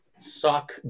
sock